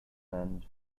friend